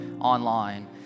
online